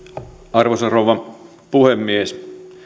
arvoisa rouva puhemies